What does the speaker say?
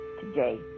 today